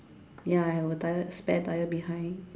ya I have a tyre space tyre behind